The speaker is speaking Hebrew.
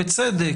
בצדק,